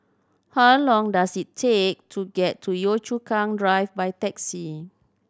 how long does it take to get to Yio Chu Kang Drive by taxi